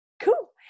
Cool